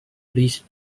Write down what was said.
leased